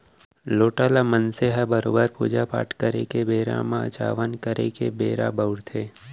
लोटा ल मनसे हर बरोबर पूजा पाट करे के बेरा म अचावन करे के बेरा बउरथे